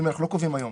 אנחנו לא קובעים היום.